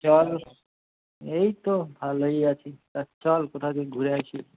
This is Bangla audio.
চল এই তো ভালোই আছি তা চল কোথাও থেকে ঘুরে আসি